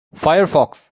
firefox